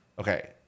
Okay